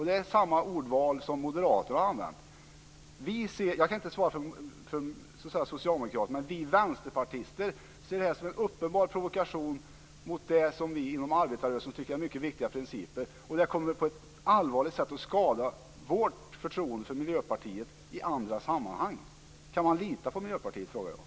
Det är samma ordval som Moderaterna har använt. Jag kan inte svara för Socialdemokraterna men vi vänsterpartister ser det här som en uppenbar provokation mot det som vi inom arbetarrörelsen tycker är mycket viktiga principer. Detta kommer på ett allvarligt sätt att skada vårt förtroende för Miljöpartiet i andra sammanhang. Kan man lita på Miljöpartiet? frågar jag.